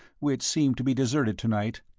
which seemed to be deserted to-night,